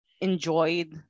enjoyed